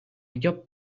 llop